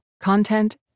content